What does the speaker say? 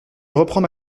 reprends